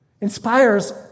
inspires